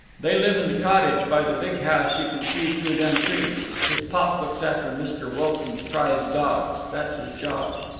they live in the cottage by the big house you can see through them trees. his pop looks after mr. wilson's prize dawgs. that's his job.